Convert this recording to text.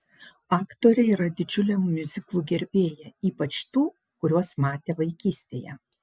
aktorė yra didžiulė miuziklų gerbėja ypač tų kuriuos matė vaikystėje